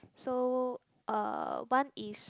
so uh one is